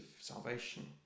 salvation